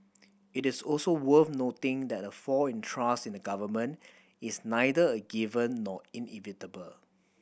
it is also worth noting that a fall in trust in the Government is neither a given nor inevitable